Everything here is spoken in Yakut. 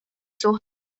суох